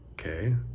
Okay